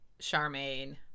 charmaine